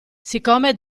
siccome